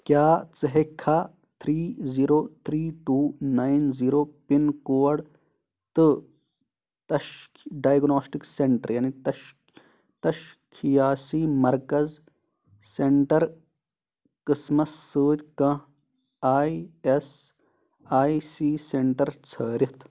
کیٛاہ ژٕ ہیٚککھا three zero three two nine zero pin code تہٕ تہٕ تَش ڈیگٔنوسٹِک سینٹر یعنے تشخیاصی مرکز سینٹر قٕسمس سۭتۍ کانٛہہ I S I C centre ژھٲڑِتھ؟